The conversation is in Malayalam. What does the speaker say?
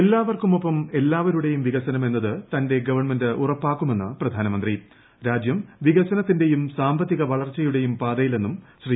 എല്ലാവർക്കുമൊപ്പം എല്ലാവരുടെയും വികസനം എന്നത് തന്റെ ഗവൺമെന്റ് ഉറപ്പാക്കുമെന്ന് പ്രധാനമന്ത്രി രാജ്യം വികസനത്തിന്റെയും സാമ്പത്തിക വളർച്ചയുടെയും പാതയിലെന്നും ശ്രീ